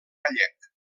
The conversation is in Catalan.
gallec